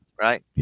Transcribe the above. Right